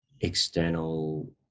external